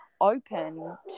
open